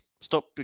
stop